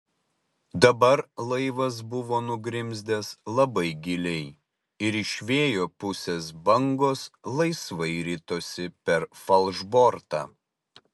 dabar laivas buvo nugrimzdęs labai giliai ir iš vėjo pusės bangos laisvai ritosi per falšbortą